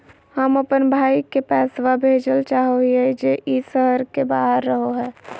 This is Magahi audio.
हम अप्पन भाई के पैसवा भेजल चाहो हिअइ जे ई शहर के बाहर रहो है